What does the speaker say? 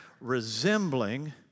resembling